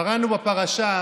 קראנו בפרשה: